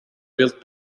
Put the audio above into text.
built